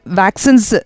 vaccines